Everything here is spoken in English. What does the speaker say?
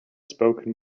spoken